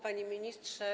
Panie Ministrze!